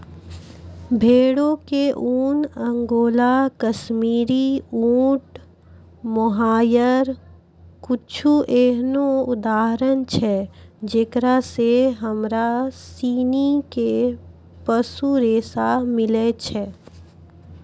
भेड़ो के ऊन, अंगोला, काश्मीरी, ऊंट, मोहायर कुछु एहनो उदाहरण छै जेकरा से हमरा सिनी के पशु रेशा मिलै छै